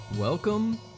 Welcome